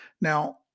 Now